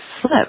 slip